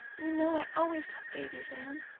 you know i always loved babies, anne.